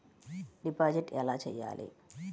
Deposit ఎలా చెయ్యాలి?